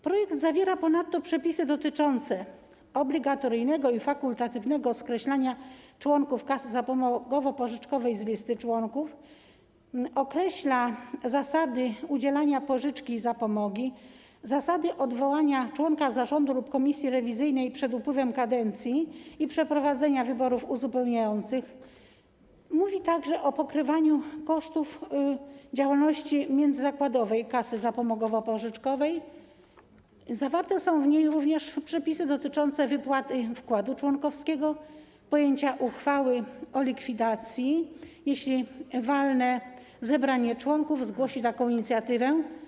Projekt zawiera ponadto przepisy dotyczące obligatoryjnego i fakultatywnego skreślania członków kasy zapomogowo-pożyczkowej z listy członków, określa zasady udzielania pożyczki i zapomogi, zasady odwołania członka zarządu lub komisji rewizyjnej przed upływem kadencji i przeprowadzenia wyborów uzupełniających, mówi także o pokrywaniu kosztów działalności międzyzakładowej kasy zapomogowo-pożyczkowej, zawarte są w nim również przepisy dotyczące wypłaty wkładu członkowskiego, podjęcia uchwały o likwidacji, jeśli walne zebranie członków zgłosi taką inicjatywę.